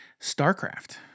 StarCraft